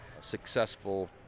successful